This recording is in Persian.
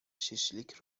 شیشلیک